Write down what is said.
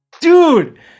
Dude